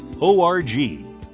O-R-G